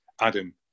Adam